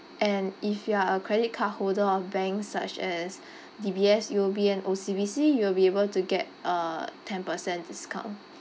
and if you are a credit card holder of banks such as D_B_S U_O_B and O_C_B_C you will be able to get uh ten percent discount